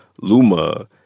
Luma